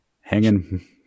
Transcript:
Hanging